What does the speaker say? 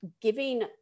giving